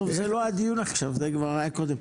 זה לא הדיון עכשיו, זה היה קודם.